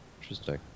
Interesting